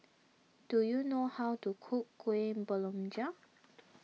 do you know how to cook Kuih Kemboja